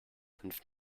fünf